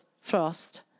Frost